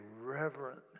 reverent